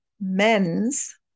men's